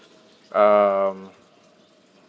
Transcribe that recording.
um